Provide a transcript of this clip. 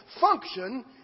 function